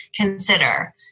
consider